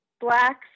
Blacks